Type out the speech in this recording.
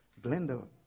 Glenda